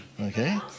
okay